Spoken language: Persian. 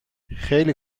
خیلی